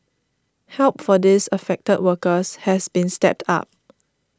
help for these affected workers has been stepped up